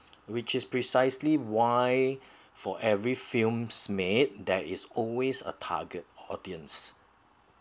which is precisely why for every films made there is always a target audience